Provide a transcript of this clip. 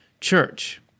church